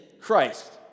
Christ